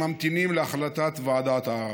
שממתינים להחלטת ועדת ערר.